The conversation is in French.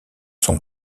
son